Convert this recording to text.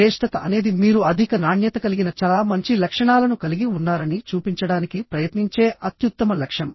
శ్రేష్ఠత అనేది మీరు అధిక నాణ్యత కలిగిన చాలా మంచి లక్షణాలను కలిగి ఉన్నారని చూపించడానికి ప్రయత్నించే అత్యుత్తమ లక్షణం